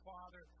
Father